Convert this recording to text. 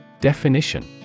Definition